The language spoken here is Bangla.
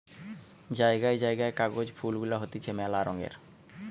জায়গায় জায়গায় কাগজ ফুল গুলা হতিছে মেলা রঙের